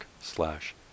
slash